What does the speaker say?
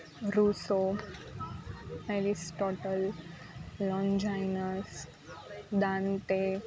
Rousseau Aristotle Longinus દાંતે